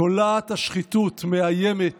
תולעת השחיתות מאיימת